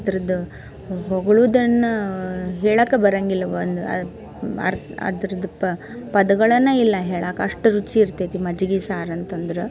ಅದ್ರದ್ದು ಹೊಗ್ಳೋದನ್ನಾ ಹೇಳೋಕೆ ಬರೋಂಗಿಲ್ಲ ಒಂದು ಅರ್ ಅದ್ರದಪ್ಪ ಪದಗಳನ್ನು ಇಲ್ಲ ಹೇಳೋಕೆ ಅಷ್ಟು ರುಚಿ ಇರ್ತೈತಿ ಮಜ್ಗೆ ಸಾರು ಅಂತಂದ್ರೆ